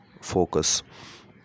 focus